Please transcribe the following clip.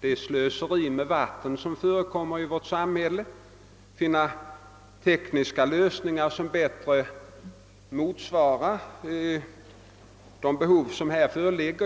det slöseri med vatten som förekommer i vårt samhälle; härvidlag kan det ju finnas tekniska lösningar som bättre motsvarar behoven.